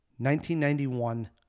1991